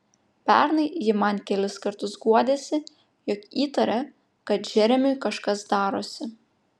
pernai ji man kelis kartus guodėsi jog įtaria kad džeremiui kažkas darosi